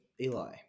Eli